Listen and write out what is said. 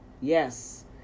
Yes